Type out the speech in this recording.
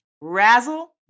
Razzle